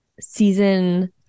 season